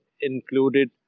included